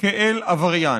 כאל עבריין.